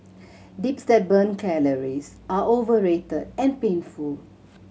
dips that burn calories are overrated and painful